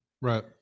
Right